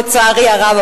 לצערי הרב,